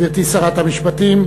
גברתי שרת המשפטים,